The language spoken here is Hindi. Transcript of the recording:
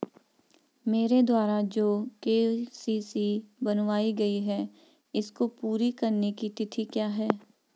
मेरे द्वारा जो के.सी.सी बनवायी गयी है इसको पूरी करने की तिथि क्या है?